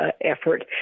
effort